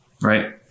right